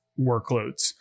workloads